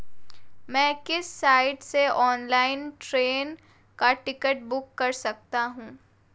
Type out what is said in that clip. मैं किस साइट से ऑनलाइन ट्रेन का टिकट बुक कर सकता हूँ?